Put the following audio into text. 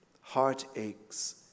heartaches